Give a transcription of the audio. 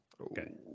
Okay